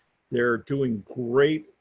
they're doing great.